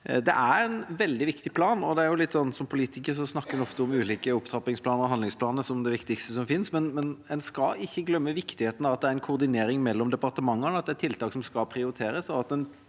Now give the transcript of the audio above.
Dette er en veldig viktig plan. Som politiker snakker en ofte om ulike opptrappingsplaner og handlingsplaner som det viktigste som finnes, men en skal ikke glemme viktigheten av at det er en koordinering mellom departementene – at det er tiltak som skal prioriteres, at en